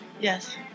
yes